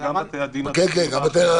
זה גם בתי הדין הדתיים האחרים.